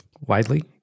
widely